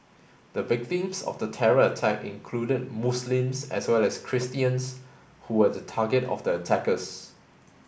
the victims of the terror attack included Muslims as well as Christians who were the target of the attackers